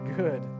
good